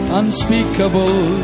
unspeakable